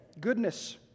Goodness